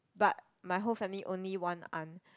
but my whole family only one aunt